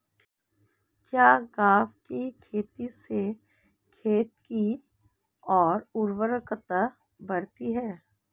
क्या ग्वार की खेती से खेत की ओर उर्वरकता बढ़ती है?